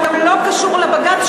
הוא לא קשור לבג"ץ.